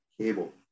cable